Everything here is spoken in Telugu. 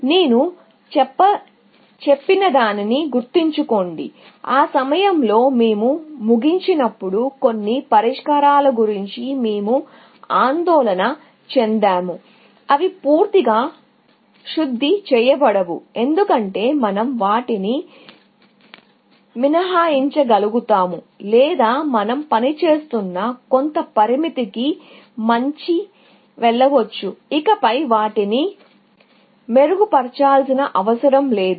నేను చెప్పినదానిని గుర్తుంచుకోండి ఆ సమయంలో మేము ముగించినప్పుడు కొన్ని పరిష్కారాల గురించి ఆందోళన చెందము అవి పూర్తిగా శుద్ధి చేయబడవు ఎందుకంటే మనం వాటిని మినహాయించగలుగుతాము లేదా మనం పనిచేస్తున్న కొంత పరిమితికి మించి వెళ్ళవచ్చు ఇకపై వాటిని మెరుగుపరచాల్సిన అవసరం లేదు